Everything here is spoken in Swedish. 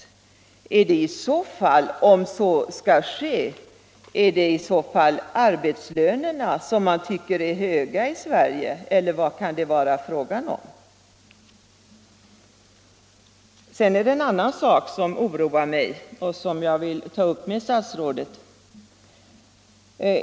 Sker det i så fall därför att man tycker att arbetslönerna är höga i Sverige, eller vad kan det vara fråga om? Sedan är det en annan sak som oroar mig och som jag vill ta upp med statsrådet.